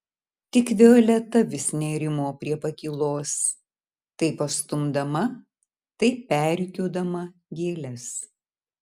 tik violeta vis nerimo prie pakylos tai pastumdama tai perrikiuodama gėles